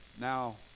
Now